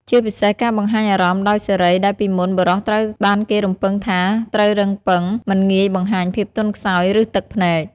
ជាពិសេសការបង្ហាញអារម្មណ៍ដោយសេរី ដែលពីមុន បុរសត្រូវបានគេរំពឹងថាត្រូវរឹងប៉ឹង មិនងាយបង្ហាញភាពទន់ខ្សោយ ឬទឹកភ្នែក។